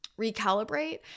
recalibrate